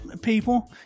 people